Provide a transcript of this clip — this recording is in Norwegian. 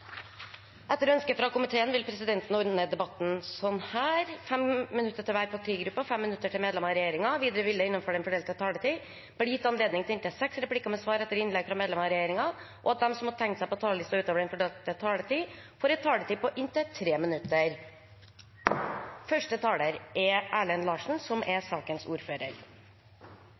Etter ønske fra utdannings- og forskningskomiteen vil presidenten ordne debatten slik: 3 minutter til hver partigruppe og 3 minutter til medlemmer av regjeringen. Videre vil det innenfor den fordelte taletid bli gitt anledning til inntil seks replikker med svar etter innlegg fra medlemmer av regjeringen, og de som måtte tegne seg på talerlisten utover den fordelte taletid, får også en taletid på inntil 3 minutter.